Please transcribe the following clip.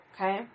okay